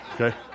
Okay